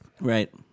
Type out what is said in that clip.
Right